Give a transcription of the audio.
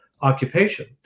occupation